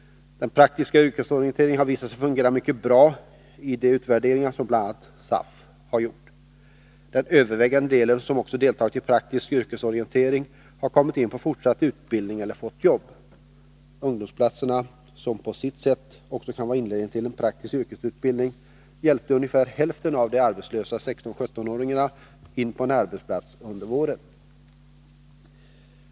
Den praktiska yrkesorienteringen har visat sig fungera mycket bra i de utvärderingar som bl.a. SAF har gjort. Den övervägande delen av dem som också har deltagit i praktisk yrkesorientering har kommit in på fortsatt utbildning eller fått jobb. Ungdomsplatserna, som på sitt sätt också kan vara inledningen till en praktisk yrkesutbildning, hjälpte ungefär hälften av de arbetslösa 16-17-åringarna in på en arbetsplats under våren.